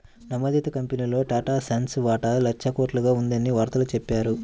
నమోదిత కంపెనీల్లో టాటాసన్స్ వాటా లక్షల కోట్లుగా ఉందని వార్తల్లో చెప్పారు